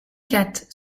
quatre